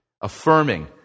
affirming